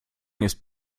ist